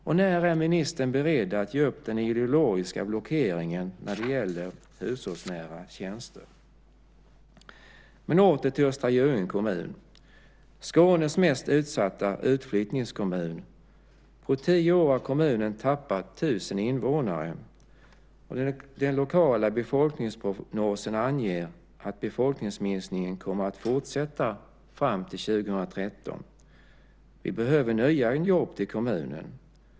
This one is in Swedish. Och när är ministern beredd att ge upp den ideologiska blockeringen när det gäller hushållsnära tjänster? Östra Göinge är Skånes mest utsatta utflyttningskommun. På tio är har kommunen tappat tusen invånare. Den lokala befolkningsprognosen anger att befolkningsminskningen kommer att fortsätta fram till 2013. Vi behöver nya jobb till kommunen.